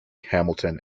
hamilton